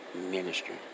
ministry